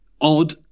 Odd